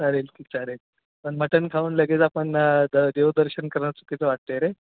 चालेल की चालेल पण मटन खाऊन लगेच आपण द देवदर्शन करत चुकीचं वाटतं आहे रे